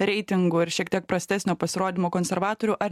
reitingų ir šiek tiek prastesnio pasirodymo konservatorių ar